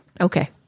Okay